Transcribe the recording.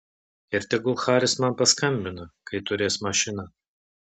ir tegul haris man paskambina kai turės mašiną